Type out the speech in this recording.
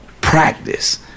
practice